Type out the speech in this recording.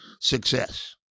success